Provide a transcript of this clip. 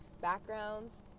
backgrounds